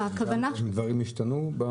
דברים השתנו?